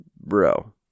Bro